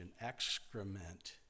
excrement